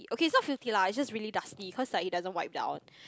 okay is not filthy lah is just really dusty cause like it doesn't wipe down